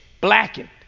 blackened